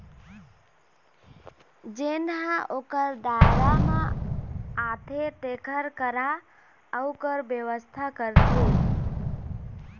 जेन ह ओखर दायरा म आथे तेखर करा अउ कर बेवस्था करथे